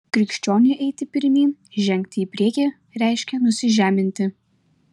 krikščioniui eiti pirmyn žengti į priekį reiškia nusižeminti